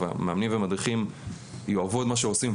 אבל המאמנים והמדריכים יאהבו את מה שהם עושים,